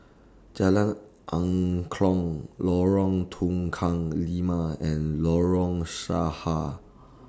Jalan Angklong Lorong Tukang Lima and Lorong Sarha